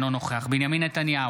אינו נוכח בנימין נתניהו,